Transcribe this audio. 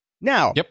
Now